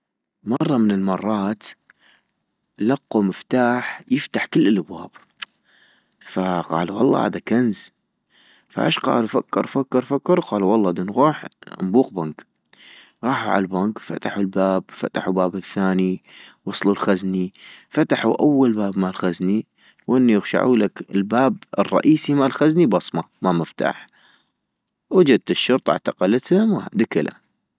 مرة من المرات لقو مفتاح يفتح كل الابواب ، فقالو والله هذا كنز فاش قال ، فكر فكر فكر قال والله دنغوح نبوق بنك غاح عالبنك فتحو الباب فتحو باب الثاني وصلو الخزني، فتحو أول باب مال خزني وانو يغشعولك الباب الرئيسي مال خزني بصمة ما مفتاح ، وجت الشرطة اعتقلتم، دكلا